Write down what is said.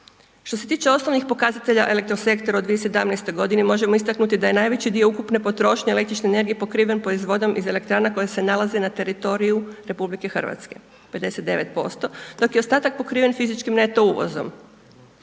Što se tiče osnovnih pokazatelja elektrosektora u 2017. godini možemo istaknuti da je najveći dio ukupne potrošnje električne energije pokriven .../Govornik se ne razumije./... iz elektrana koje se nalaze na teritoriju RH, 59% dok je ostatak pokriven fizičkim neto uvozom.